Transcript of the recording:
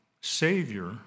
Savior